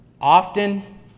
Often